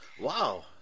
Wow